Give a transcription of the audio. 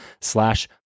slash